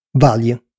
Value